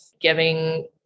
giving